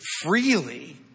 freely